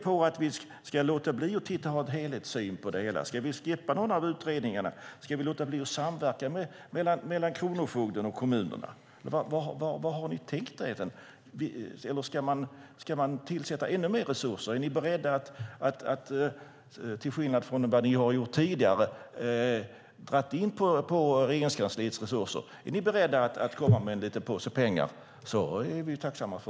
Ska vi låta bli att ha en helhetssyn på detta? Ska vi skippa någon av utredningarna? Ska vi låta bli att ha en samverkan mellan Kronofogden och kommunerna? Vad har ni tänkt? Ska man skjuta till ännu mer resurser? Tidigare har ni dragit in på Regeringskansliets resurser. Är ni nu beredda att komma med en påse pengar? I så fall är vi tacksamma.